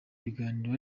biganiro